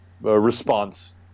response